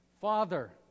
Father